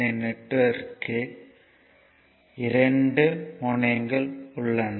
இந்த நெட்வொர்க்கில் 2 முனையங்கள் உள்ளன